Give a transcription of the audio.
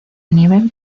nivel